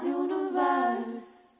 universe